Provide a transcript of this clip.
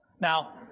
Now